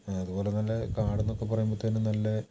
അതുപോലെതന്നെ കാടെന്നൊക്കെ പറയുമ്പോഴത്തേക്കും നല്ല